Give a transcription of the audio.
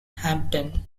hampton